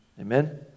Amen